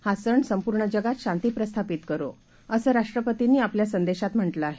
हासणसंपूर्णजगातशांतीप्रस्थापितकरोअसंराष्ट्रपतींनीआपल्यासंदेशातम्हटलंआहे